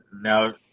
now